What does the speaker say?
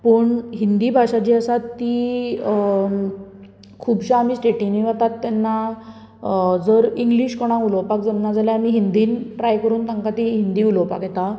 पूण हिंदी भाशा जी आसा ती अ खुबश्या आमी स्टेटींनी वता तेन्ना अं जर इंग्लिश कोणाक उलोवपाक जमना जाल्यार आमी हिंदीन ट्राय करून तांका ती हिंदी उलोवपाक येता